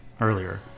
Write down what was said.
earlier